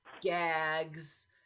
gags